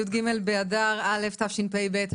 י"ג באדר א' תשפ"ב,